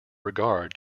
regard